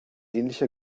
ähnlicher